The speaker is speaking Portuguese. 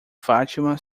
fátima